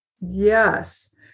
Yes